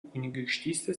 kunigaikštystės